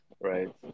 right